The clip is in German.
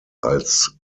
als